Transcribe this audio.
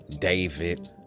David